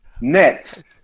Next